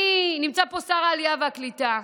נמצא פה שר העלייה והקליטה.